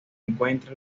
encuentra